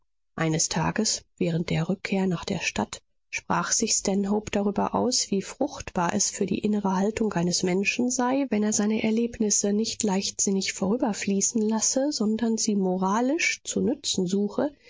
eines tages während der rückkehr nach der stadt sprach sich stanhope darüber aus wie fruchtbar es für die innere haltung eines menschen sei wenn er seine erlebnisse nicht leichtsinnig vorüberfließen lasse sondern sie moralisch zu nützen suche